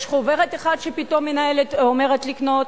יש חוברת אחת שפתאום המנהלת אומרת לקנות,